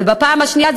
ובפעם השנייה,